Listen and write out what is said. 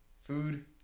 food